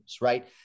right